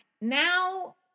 Now